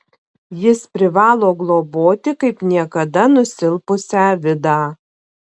jis privalo globoti kaip niekada nusilpusią vidą